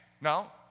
No